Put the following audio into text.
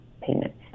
payments